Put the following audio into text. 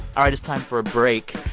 all right, it's time for a break.